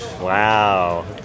Wow